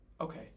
Okay